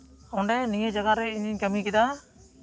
ᱚᱸᱰᱮ ᱱᱤᱭᱟᱹ ᱡᱟᱭᱜᱟ ᱨᱮ ᱤᱧᱤᱧ ᱠᱟᱹᱢᱤ ᱠᱮᱫᱟ